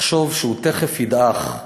לחשוב שהוא תכף ידעך.